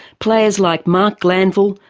players like marc glanville,